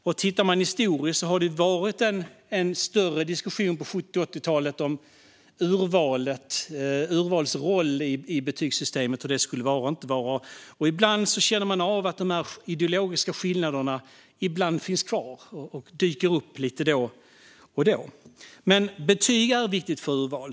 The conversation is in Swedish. Historiskt var det under 70 och 80-talen en större diskussion om urvalets roll i betygssystemet och hur det skulle vara och inte vara. Ibland känner man av att de ideologiska skillnaderna finns kvar och dyker upp lite då och då. Betyg är viktigt för urval.